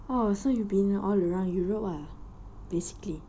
oh so you've been all around europe lah basically